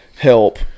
help